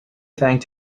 thanked